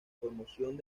promoción